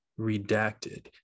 redacted